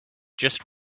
just